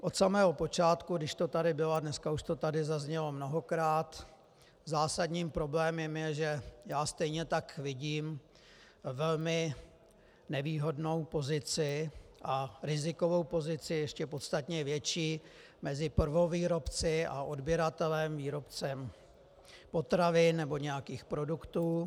Od samého počátku, když to tady bylo, a dneska už to tady zaznělo mnohokrát, zásadním problémem je, že já stejně tak vidím velmi nevýhodnou pozici a rizikovou pozici ještě podstatně větší mezi prvovýrobci a odběratelem výrobcem potravin nebo nějakých produktů.